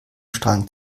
strang